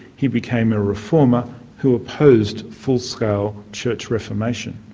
he became a reformer who opposed full-scale church reformation.